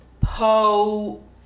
Poe